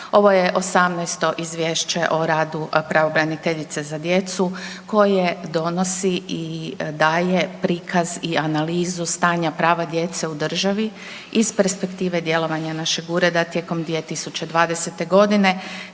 Ovo je 18. Izvješće o radu pravobraniteljice za djecu koje donosi i daje prikaz i analizu stanja prava djece u državi iz perspektive djelovanja našeg Ureda tijekom 2020. g. te